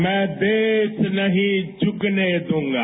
मैं देश नहीं झूकने दूंगा